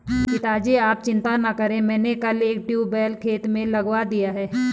पिताजी आप चिंता ना करें मैंने कल एक नया ट्यूबवेल खेत में लगवा दिया है